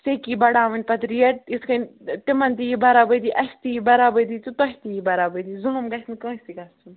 سٮ۪کی بَڈاوٕنۍ پَتہٕ ریٹ یِتھٕ کٔنۍ تِمن دِ یہِ برابری اَسہِ تہِ یہِ بَرابری تہٕ تۄہہِ تہِ یِیہِ برابری ظُلُم گَژھِنہٕ کٲنٛسی گَژھُن